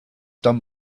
done